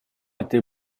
était